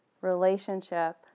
relationship